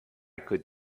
could